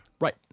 Right